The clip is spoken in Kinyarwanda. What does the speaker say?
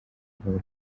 rwego